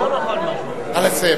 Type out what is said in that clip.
נא לסיים.